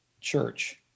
church